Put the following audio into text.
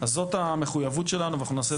אז זאת המחויבות שלנו ואנחנו נעשה את זה.